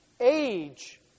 Age